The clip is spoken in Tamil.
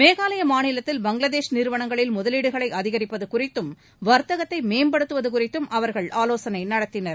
மேகாலய மாநிலத்தில் பங்களாதேஷ் நிறுவனங்களில் முதலீடுகளை அதிகரிப்பது குறித்தும் வர்த்தகத்தை மேம்படுத்துவது குறித்தும் அவர்கள் ஆலோசனை நடத்தினர்